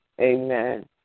Amen